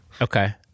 Okay